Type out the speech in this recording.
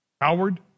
Howard